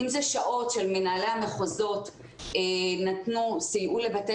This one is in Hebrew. אם אלה שעות של מנהלי המחוזות שסייעו לבתי